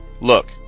look